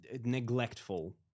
Neglectful